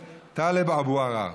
10366, של חבר הכנסת טלב אבו עראר.